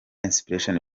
inspiration